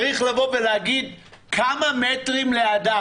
צריך להגיד כמה מטרים לאדם.